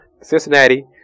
Cincinnati